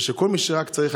ושכל מי שרק צריך,